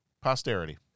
Posterity